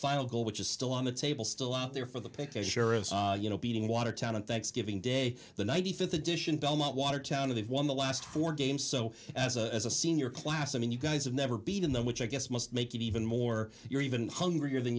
final goal which is still on the table still out there for the pick as sure of you know beating watertown on thanksgiving day the ninety fifth edition belmont watertown a they've won the last four games so as a as a senior class i mean you guys have never beaten them which i guess must make it even more you're even hungrier th